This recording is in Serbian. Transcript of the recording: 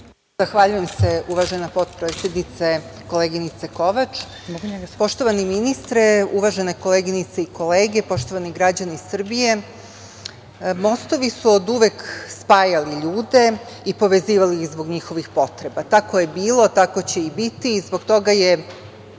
Zahvaljujem se, uvažena potpredsednice, koleginice Kovač. Poštovani ministre, uvažene koleginice i kolege, poštovani građani Srbije, mostovi su oduvek spajali ljude i povezivali ih zbog njihovih potreba. Tako je bilo, tako će i biti i zbog toga je